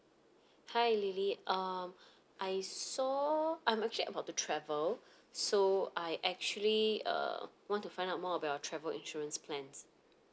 hi lily um I saw I'm actually about to travel so I actually uh want to find out more about your travel insurance plans